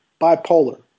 bipolar